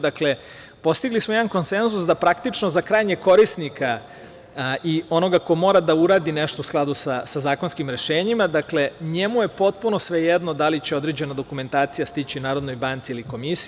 Dakle, postigli smo jedan konsenzus da, praktično, za krajnjeg korisnika i onoga ko mora da uradi nešto u skladu sa zakonskim rešenjima, dakle, njemu je potpuno svejedno da li će određena dokumentacija stići Narodnoj banci ili Komisiji.